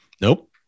Nope